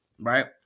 right